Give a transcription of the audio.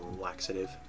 Laxative